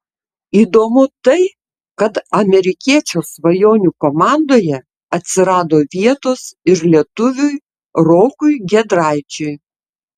įdomu tai kad amerikiečio svajonių komandoje atsirado vietos ir lietuviui rokui giedraičiui